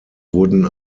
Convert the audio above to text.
wurden